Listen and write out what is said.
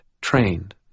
trained